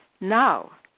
Now